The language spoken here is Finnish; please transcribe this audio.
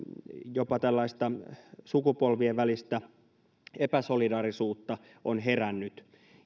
jopa tällaista sukupolvien välistä epäsolidaarisuutta on herännyt